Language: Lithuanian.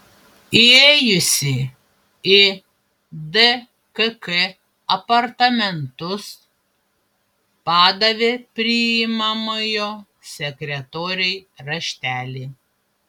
įėjusi į dkk apartamentus padavė priimamojo sekretorei raštelį